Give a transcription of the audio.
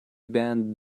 band